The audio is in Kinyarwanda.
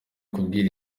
kubwira